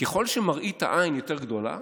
ככל שמראית העין יותר גדולה,